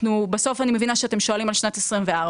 בסוף אני מבינה שאתם שואלים על שנת 2024,